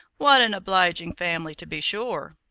what an obliging family, to be sure.